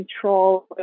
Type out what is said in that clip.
control